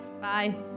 Bye